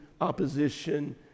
opposition